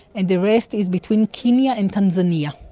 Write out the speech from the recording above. and the rest is between kenya and tanzania.